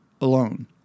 alone